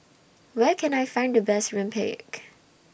Where Can I Find The Best Rempeyek